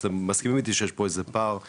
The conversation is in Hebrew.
אז אתם מסכימים איתי שיש פה איזה פער?